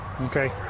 Okay